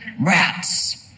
rats